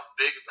big